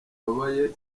bababaye